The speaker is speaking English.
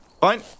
Fine